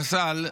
חבר הכנסת פסל,